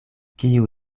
kiu